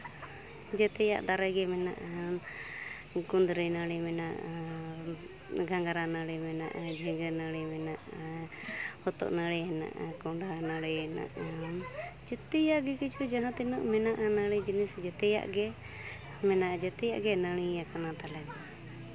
ᱡᱮᱛᱮᱭᱟᱜ ᱫᱟᱨᱮ ᱜᱮ ᱢᱮᱱᱟᱜᱼᱟ ᱠᱩᱸᱫᱽᱨᱤ ᱱᱟᱹᱲᱤ ᱢᱮᱱᱟᱜᱼᱟ ᱜᱷᱟᱸᱜᱽᱨᱟ ᱱᱟᱹᱲᱤ ᱢᱮᱱᱟᱜᱼᱟ ᱡᱷᱤᱸᱜᱟᱹ ᱱᱟᱹᱲᱤ ᱢᱮᱱᱟᱜᱼᱟ ᱦᱚᱛᱚᱫ ᱱᱟᱹᱲᱤ ᱢᱮᱱᱟᱜᱼᱟ ᱠᱚᱸᱰᱷᱟ ᱱᱟᱹᱲᱤ ᱢᱮᱱᱟᱜᱼᱟ ᱡᱮᱛᱮᱭᱟᱜ ᱜᱮ ᱡᱟᱦᱟᱸ ᱛᱤᱱᱟᱹᱜ ᱢᱮᱱᱟᱜᱼᱟ ᱱᱟᱹᱲᱤ ᱡᱤᱱᱤᱥ ᱡᱮᱛᱮᱭᱟᱜ ᱜᱮ ᱢᱮᱱᱟᱜᱼᱟ ᱡᱮᱛᱮᱭᱟᱜ ᱜᱮ ᱱᱟᱹᱲᱤᱭᱟᱠᱟᱱᱟ ᱛᱟᱞᱮ